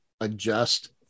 adjust